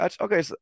okay